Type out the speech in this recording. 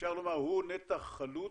שאפשר לומר שהוא נתח חלוט,